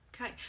Okay